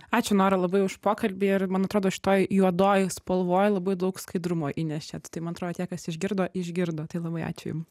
ačiū nora labai už pokalbį ir man atrodo šitoj juodoj spalvoj labai daug skaidrumo įnešėt tai man atrodo tie kas išgirdo išgirdo tai labai ačiū ačiū jum